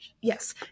yes